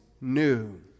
new